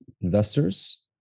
investors